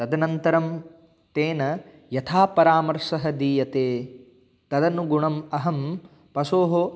तदनन्तरं तेन यथा परामर्शः दीयते तदनुगुणम् अहं पशोः